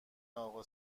اقا